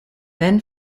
then